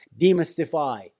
demystify